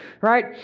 Right